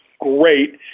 great